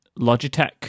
Logitech